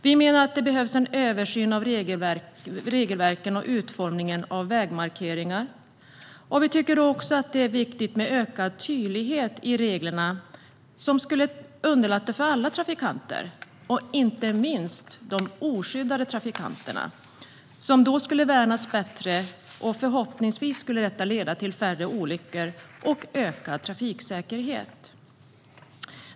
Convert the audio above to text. Vi menar att det behövs en översyn av regelverken och utformningen av vägmarkeringar, och vi tycker också att det är viktigt med ökad tydlighet i reglerna, vilket skulle underlätta för alla trafikanter, inte minst de oskyddade trafikanterna, som då skulle värnas bättre. Det skulle förhoppningsvis leda till färre olyckor och ökad trafiksäkerhet.